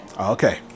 Okay